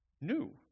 new